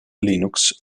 linux